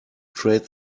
trade